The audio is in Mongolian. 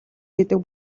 гэдэг